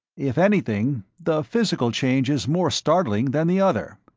if anything, the physical change is more startling than the other.